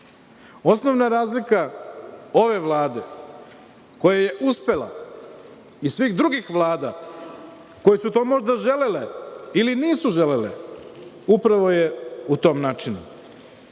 Osnovna razlika ove Vlade, koja je uspela, i svih drugih vlada koje su to možda želele ili nisu želele, upravo je u tom načinu. Od